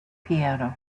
piano